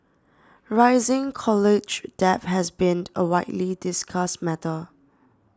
rising college debt has been a widely discussed matter